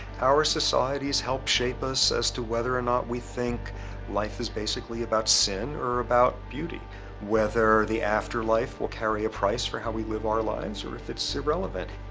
our societies help shape us as to whether or not we think life is basically about sin or about beauty whether the afterlife will carry a price for how we live our lives or if it's irrelevant.